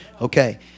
Okay